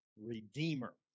Redeemer